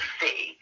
see